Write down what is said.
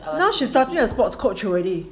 now she starting as sport coach already